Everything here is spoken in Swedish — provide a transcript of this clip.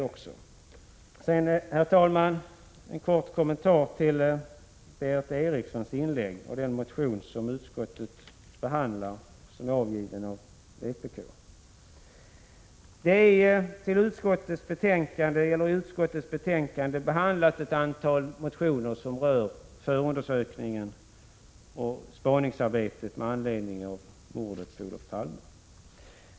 Sedan, herr talman, en kort kommentar med anledning av Berith Erikssons inlägg och den vpk-motion som utskottet behandlat. Utskottet har behandlat ett antal motioner som rör förundersökningen och spaningsarbetet med anledning av mordet på Olof Palme.